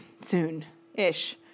soon-ish